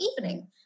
evening